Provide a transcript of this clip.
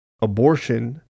abortion